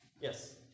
Yes